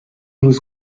was